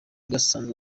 gasanzwe